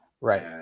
right